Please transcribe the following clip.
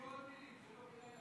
היו עוד מילים שלא כדאי לחזור עליהן.